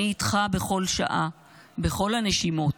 / אני איתך בכל שעה בכל הנשימות.